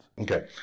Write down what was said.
Okay